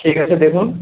ঠিক আছে দেখুন